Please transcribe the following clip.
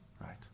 right